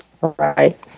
Right